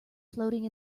floating